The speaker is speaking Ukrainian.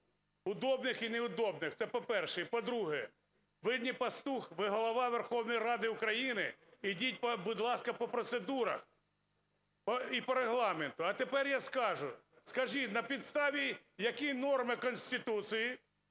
удобних і неудобних. Це по-перше. І по-друге, ви – не пастух, ви – Голова Верховної Ради України. Ідіть, будь ласка, по процедурах і по Регламенту. А тепер я скажу. Скажіть, на підставі якої норми Конституції,